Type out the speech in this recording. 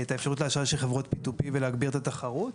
את האפשרות לאשראי של חברות --- ולהגביר את התחרות.